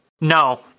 no